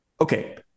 Okay